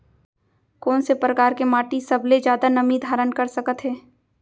कोन से परकार के माटी सबले जादा नमी धारण कर सकत हे?